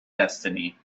destiny